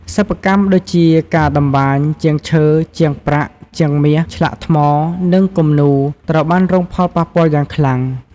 សិប្បកម្មដូចជា ការតម្បាញ ជាងឈើ ជាងប្រាក់ ជាងមាស ឆ្លាក់ថ្ម និងគំនូរ ត្រូវបានរងផលប៉ះពាល់យ៉ាងខ្លាំង។